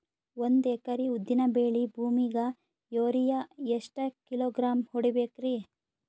ಒಂದ್ ಎಕರಿ ಉದ್ದಿನ ಬೇಳಿ ಭೂಮಿಗ ಯೋರಿಯ ಎಷ್ಟ ಕಿಲೋಗ್ರಾಂ ಹೊಡೀಬೇಕ್ರಿ?